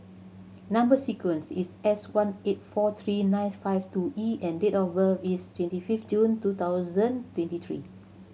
number sequence is S one eight four three nine five two E and date of birth is twenty fifth June two thousand twenty three